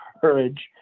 courage